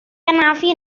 anafu